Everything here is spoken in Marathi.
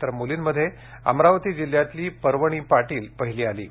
तर मूलींमध्ये अमरावती जिल्ह्यातली पर्वणी पाटील पहिली आली आहे